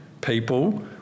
people